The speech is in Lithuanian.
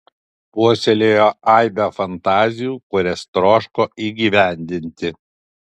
puoselėjo aibę fantazijų kurias troško įgyvendinti